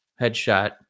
headshot